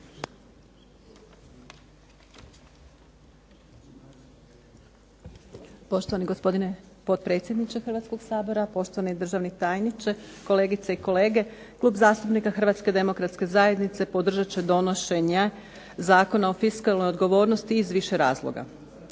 Poštovani gospodine potpredsjedniče Hrvatskoga sabora, poštovani državni tajniče, kolegice i kolege. Klub zastupnika Hrvatske demokratske zajednice podržat će donošenje Zakona o fiskalnoj odgovornosti iz više razloga.